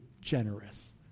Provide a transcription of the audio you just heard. generous